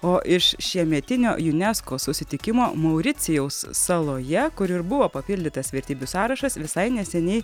o iš šiemetinio junesko susitikimo mauricijaus saloje kur ir buvo papildytas vertybių sąrašas visai neseniai